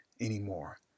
anymore